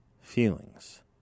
feelings